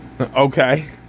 Okay